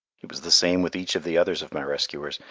it was the same with each of the others of my rescuers,